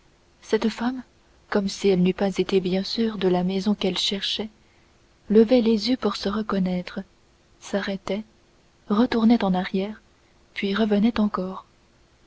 cette femme comme si elle n'eût pas été bien sûre de la maison qu'elle cherchait levait les yeux pour se reconnaître s'arrêtait retournait en arrière puis revenait encore